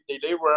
deliver